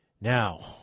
now